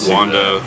Wanda